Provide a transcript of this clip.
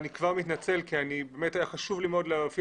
אני כבר מתנצל כי באמת היה חשוב לי מאוד להופיע